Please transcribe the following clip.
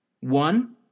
One